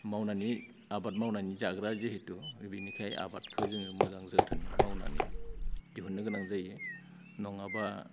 मावनानै आबाद मावनानै जाग्रा जिहैथु बे बिनिखाय आबादखो जोङो मोजां जोथोनै मावनानै दिहुननो गोनां जायो नङाब्ला